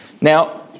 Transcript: Now